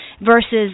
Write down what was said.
versus